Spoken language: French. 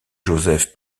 joseph